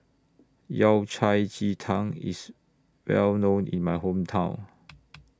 Yao Cai Ji Tang IS Well known in My Hometown